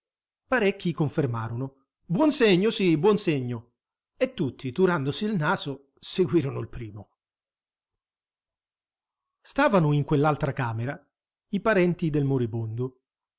scarica parecchi confermarono buon segno sì buon segno e tutti turandosi il naso seguirono il primo stavano in quell'altra camera i parenti del moribondo